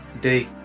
day